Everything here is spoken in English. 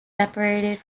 separated